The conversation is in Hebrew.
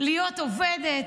להיות עובדת?